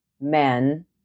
men